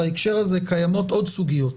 בהקשר הזה קיימות עוד סוגיות,